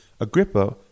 Agrippa